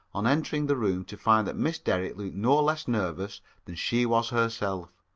on entering the room, to find that miss derrick looked no less nervous than she was herself.